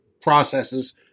processes